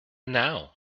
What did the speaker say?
now